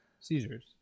seizures